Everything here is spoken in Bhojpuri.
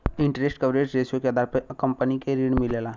इंटेरस्ट कवरेज रेश्यो के आधार पर कंपनी के ऋण मिलला